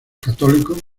católicos